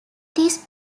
these